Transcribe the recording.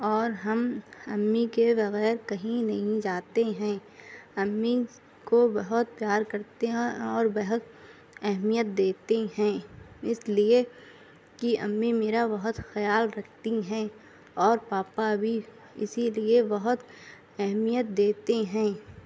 اور ہم امی کے بغیر کہیں نہیں جاتے ہیں امی کو بہت پیار کرتے ہیں اور بہت اہمیت دیتے ہیں اس لیے کہ امی میرا بہت خیال رکھتی ہیں اور پاپا بھی اسی لیے بہت اہمیت دیتے ہیں